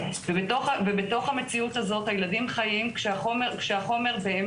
בתוך המציאות הזאת הילדים חיים כשהספק